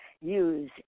use